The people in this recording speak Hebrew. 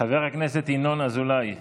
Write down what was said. חבר הכנסת ינון אזולאי.